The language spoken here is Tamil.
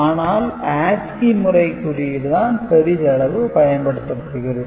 ஆனால் ASCII முறை குறியீடு தான் பெரிதளவு பயன்படுத்தப்படுகிறது